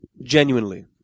Genuinely